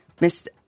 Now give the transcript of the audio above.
Miss